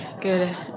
Good